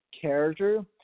character